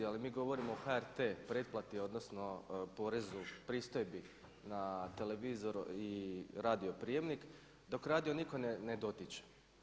Ali mi govorimo o HRT pretplati, odnosno porezu, pristojbi na televizor i radio prijemnik dok radio nitko ne dotiče.